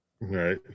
Right